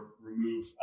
remove